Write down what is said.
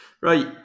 Right